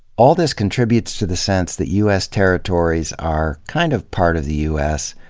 all this contributes to the sense that u s. territories are kind of part of the u s,